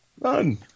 None